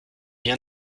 bien